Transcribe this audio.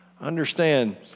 understand